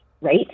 Right